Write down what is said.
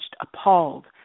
appalled